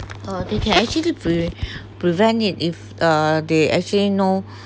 uh they can actually pre~ prevent it if uh they actually know